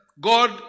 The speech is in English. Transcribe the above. God